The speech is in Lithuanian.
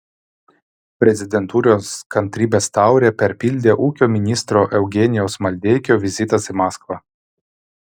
prezidentūros kantrybės taurę perpildė ūkio ministro eugenijaus maldeikio vizitas į maskvą